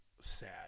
sad